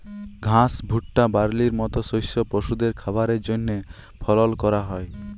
ঘাস, ভুট্টা, বার্লির মত শস্য পশুদের খাবারের জন্হে ফলল ক্যরা হ্যয়